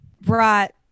brought